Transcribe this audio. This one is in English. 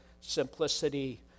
simplicity